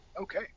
Okay